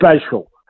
special